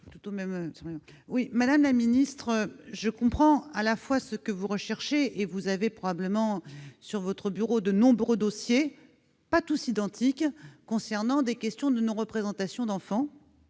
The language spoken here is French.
Madame la ministre, je comprends ce que vous recherchez. Vous avez probablement sur votre bureau de nombreux dossiers, pas tous identiques, concernant des questions de non-représentation d'enfant,